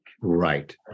Right